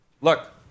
Look